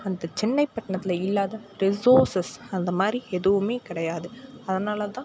அந்த சென்னை பட்டணத்துல இல்லாத ரிசோர்ஸஸ் அந்த மாதிரி எதுவுமே கிடையாது அதனால் தான்